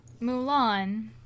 Mulan